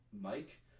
Mike